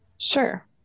Sure